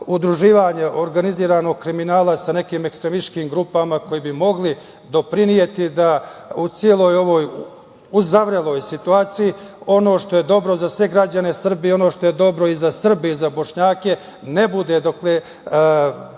udruživanja organizovanog kriminala sa nekim ekstremističkim grupama koji bi mogli doprineti u celoj ovoj uzavreloj situaciji ono što je dobro za sve građane Srbije, ono što je dobro i za Srbe i za Bošnjake, ne bude, dokle